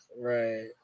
right